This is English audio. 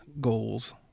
goals